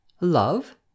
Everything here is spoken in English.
Love